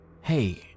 hey